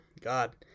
God